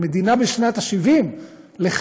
אבל מדינה בשנת ה-70 לחייה